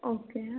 okay